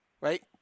Right